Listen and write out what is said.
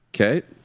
Okay